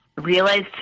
realized